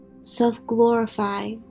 self-glorify